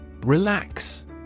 Relax